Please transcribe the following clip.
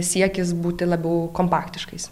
siekis būti labiau kompaktiškais